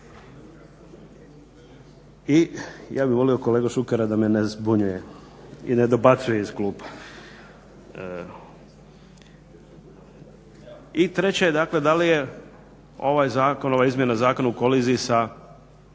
I ja bih molio kolegu Šukera da me ne zbunjuje i ne dobacuje iz klupe. I treće je dakle da li je ovaj zakon, ova izmjena zakona u koliziji sa